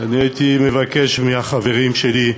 אני הייתי מבקש מהחברים שלי,